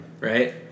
right